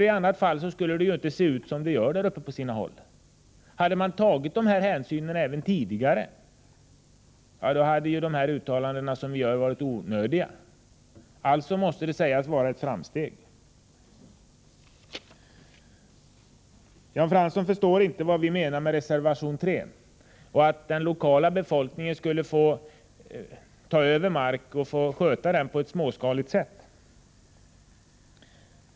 I annat fall skulle det ju inte se ut som det gör där uppe på sina håll. Hade man tagit dessa hänsyn även tidigare, så hade de uttalanden som vi gör varit onödiga. Alltså måste det här sägas vara ett framsteg. Jan Fransson förstår inte vad vi menar med reservation 3 — och att den lokala befolkningen skulle få ta över mark och sköta den på ett småskaligt sätt.